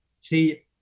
See